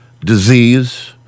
disease